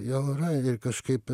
jo ir kažkaip